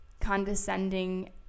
condescending